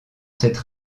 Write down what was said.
cette